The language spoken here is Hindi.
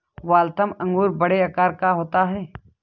वाल्थम अंगूर बड़े आकार का होता है